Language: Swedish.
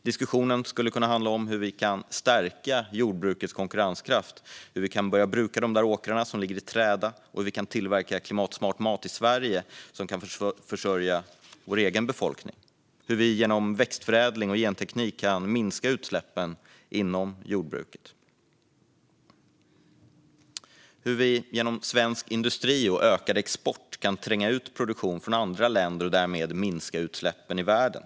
Diskussionen skulle kunna handla om hur vi kan stärka jordbrukets konkurrenskraft, hur vi kan börja bruka de där åkrarna som ligger i träda och hur vi kan tillverka klimatsmart mat i Sverige som kan försörja vår egen befolkning. Den skulle kunna handla om hur vi genom växtförädling och genteknik kan minska utsläppen från jordbruket och hur vi genom svensk industri och ökad export kan tränga ut produktion från andra länder och därmed minska utsläppen i världen.